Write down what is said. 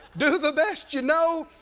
do the best you know,